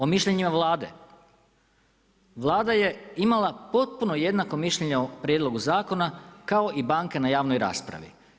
O mišljenjima Vlade, Vlada je imala potpuno jednako mišljenje o prijedlogu zakona kao i banke na javnoj raspravi.